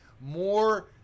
more